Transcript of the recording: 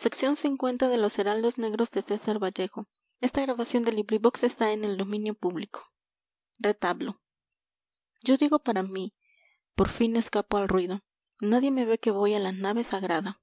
yo digo para mí por fin escapo al ruido nadie me ve que voy a la nave sagrada j